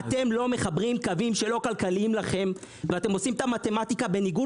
אתם לא מחברים קווים שלא כלכליים לכם ואתם עושים את המתמטיקה בניגוד